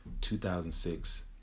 2006